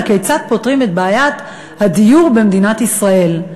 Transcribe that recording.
כיצד פותרים את בעיית הדיור במדינת ישראל,